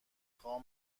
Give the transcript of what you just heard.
خوای